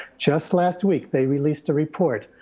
just last week, they released a report